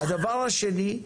הדבר השני,